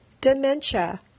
dementia